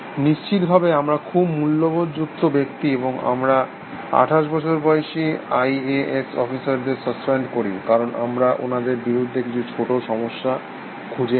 নিশ্চিতভাবে আমরা খুব মূল্যবোধ যুক্ত ব্যক্তি এবং আমরা আঠাশ বছর বয়সী আইএএস অফিসারদের সাসপেন্ড করি কারণ আমরা ওনাদের বিরুদ্ধে কিছু ছোট সমস্যা খুঁজে পাই